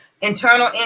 internal